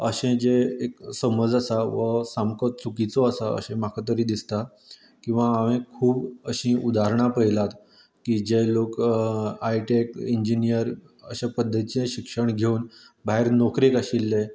अशें जे एक समज आसा हो सामको चुकीचो आसा अशें म्हाका तरी दिसता किंवां हांवे खूब अशी उदाहरणां पयल्यात की जे लोक आयटी इंजिनीयर अशें पध्दतीचे शिक्षण घेवन भायर नोकरेक आशिल्ले